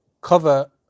cover